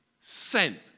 sent